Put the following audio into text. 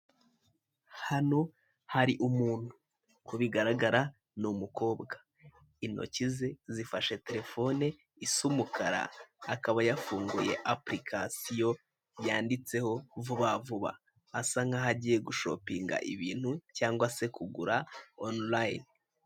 Hano hari umuntu uko bigaragara ni umukobwa intoki ze zifashe terefone isa umukara akaba yafunguye apulikasiyo yanditseho Vubavuba asa nk'aho agiye gushopinga ibintu cyangwa se kugura onuline.